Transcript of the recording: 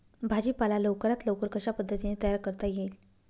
भाजी पाला लवकरात लवकर कशा पद्धतीने तयार करता येईल?